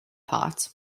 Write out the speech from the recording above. part